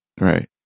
Right